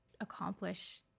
accomplish